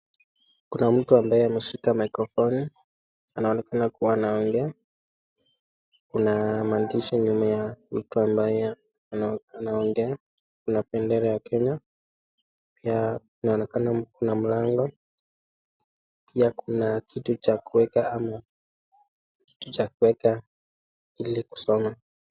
Kuna mtu ambaye ameshika microphone , anaonekana kuwa anaongea. Kuna maandishi nyuma ya huyo mtu ambaye anaongea. Kuna bendera ya Kenya, pia kunaonekana kuna mlango. Pia kuna kitu cha kuweka ama kitu cha kuweka ili kusoma.